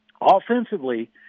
offensively